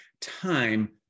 time